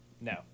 No